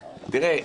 תראה,